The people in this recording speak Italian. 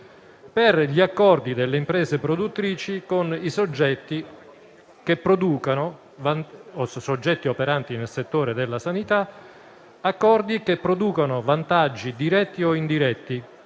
per gli accordi delle imprese produttrici con i soggetti operanti nel settore della sanità, che producono vantaggi diretti o indiretti